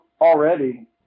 already